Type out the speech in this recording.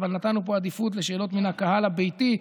אבל נתנו פה עדיפות לשאלות מן הקהל הביתי.